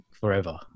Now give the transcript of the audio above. forever